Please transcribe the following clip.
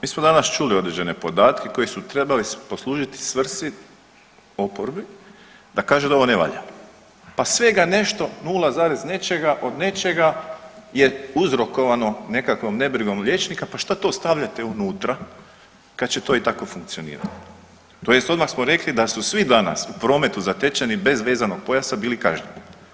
Mi smo danas čuli određene podatke koji su trebali poslužiti svrsi oporbi da kaže da ovo ne valja pa svega nešto 0 zarez nečega od nečega je uzrokovano nekakvom nebrigom liječnika, pa šta to stavljate unutra kad će to i tako funkcionirati, tj. odmah smo rekli da su svi danas u prometu zatečeni bez vezanog pojasa bili kažnjeni.